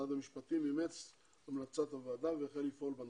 משרד המשפטים אימץ את המלצת הוועדה והחל לפעול בנושא.